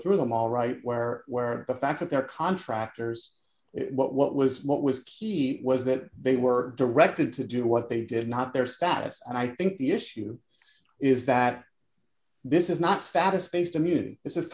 through them all right where where the fact that they're contractors what what was what was key was that they were directed to do what they did not their status and i think the issue is that this is not status based immunity this is